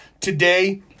today